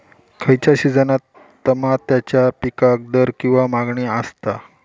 खयच्या सिजनात तमात्याच्या पीकाक दर किंवा मागणी आसता?